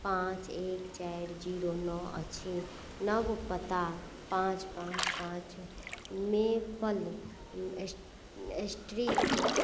पाँच एक चारि जीरो नओ अछि नव पता पाँच पाँच पाँच मेपल एस स्ट्रीट